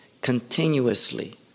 continuously